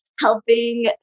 helping